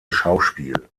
schauspiel